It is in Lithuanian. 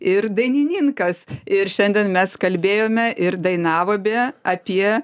ir dainininkas ir šiandien mes kalbėjome ir dainavome apie